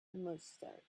mustard